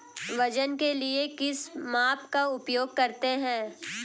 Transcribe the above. वजन के लिए किस माप का उपयोग करते हैं?